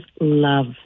love